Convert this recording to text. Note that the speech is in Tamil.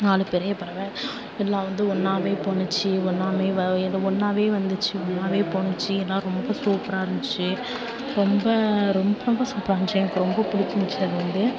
நாலு பெரிய பறவை எல்லாம் வந்து ஒன்றாவே போணுச்சு ஒன்னாவே வ ஒன்றாவே வந்துச்சு ஒன்றாவே போணுச்சு எல்லாம் ரொம்ப சூப்பராக இருந்துச்சு ரொம்ப ரொம்ப ரொம்ப சூப்பராக இருந்துச்சு எனக்கு ரொம்ப ரொம்ப பிடிச்சிருந்துச்சி அது வந்து